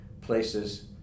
places